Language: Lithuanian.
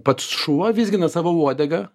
pats šuo vizgina savo uodegą